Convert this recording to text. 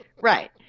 Right